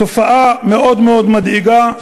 תופעה מאוד מאוד מדאיגה,